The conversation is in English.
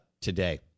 today